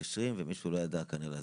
בירושלים בהדסה עין כרם.